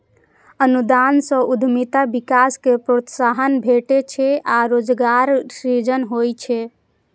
अनुदान सं उद्यमिता विकास कें प्रोत्साहन भेटै छै आ रोजगारक सृजन होइ छै